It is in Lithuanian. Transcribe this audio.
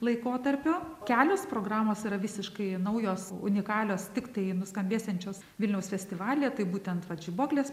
laikotarpio kelios programos yra visiškai naujos unikalios tiktai nuskambėsiančios vilniaus festivalyje tai būtent vat žibuoklės